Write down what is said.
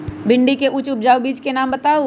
भिंडी के उच्च उपजाऊ बीज के नाम बताऊ?